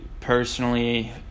Personally